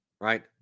right